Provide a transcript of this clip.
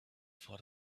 for